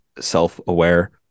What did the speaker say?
self-aware